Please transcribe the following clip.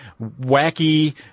wacky